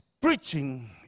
preaching